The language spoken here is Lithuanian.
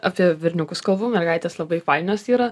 apie berniukus kalbu mergaitės labai fainos yra